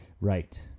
right